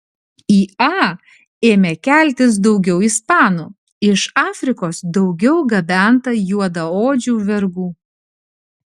į a ėmė keltis daugiau ispanų iš afrikos daugiau gabenta juodaodžių vergų